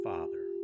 Father